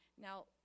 now